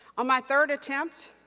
on my third attempt,